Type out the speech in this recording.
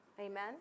Amen